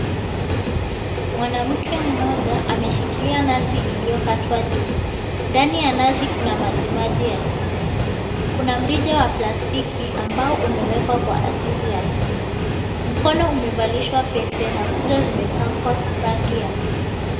Mwanamke mmoja ameshikilia nazi iliyokatwa juu. Ndani ya nazi kuna majimaji ya kunywa. Kuna mrija wa plastiki ambao umewekwa kwa ajili ya kunywa. Mkono umevalishwa pete na kucha zimepakwa rangi ya pink .